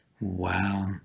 Wow